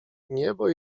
niebo